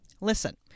Listen